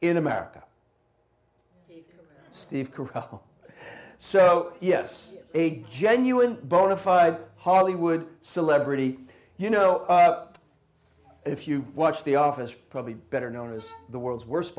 in america steve cordasco so yes a genuine bona fide hollywood celebrity you know if you watch the office probably better known as the world's worst